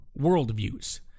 worldviews